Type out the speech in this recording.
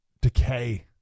decay